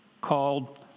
called